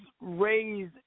raise